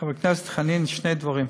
חבר הכנסת חנין, שני דברים: